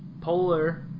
Polar